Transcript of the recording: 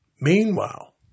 Meanwhile